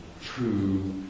true